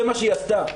זה מה שהיא עשתה.